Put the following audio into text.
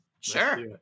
sure